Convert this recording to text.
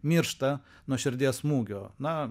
miršta nuo širdies smūgio na